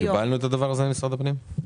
קיבלנו את הדבר הזה ממשרד הפנים?